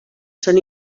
són